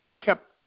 kept